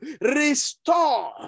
restore